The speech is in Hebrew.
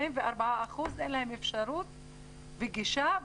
ל-44% אין אפשרות וגישה.